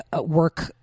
work